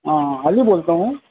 ہاں علی بولتا ہوں